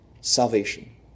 Salvation